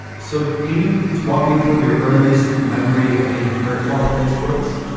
so can you walk me through your earliest memory of getting hurt while playing sports